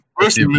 first